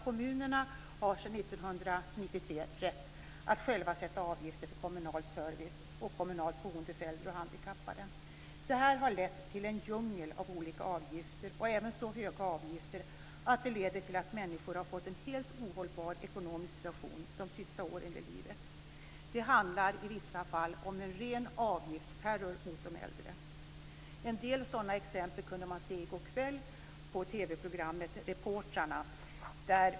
Kommunerna har sedan 1993 rätt att själva sätta avgifter för kommunal service och kommunalt boende för äldre och handikappade. Det här har lett till en djungel av olika avgifter och även så höga avgifter att det leder till att människor har fått en helt ohållbar ekonomisk situation under de sista åren i livet. Det handlar i vissa fall om en ren avgiftsterror mot de äldre. En del exempel på det kunde man se i går kväll på TV-programmet Reportrarna.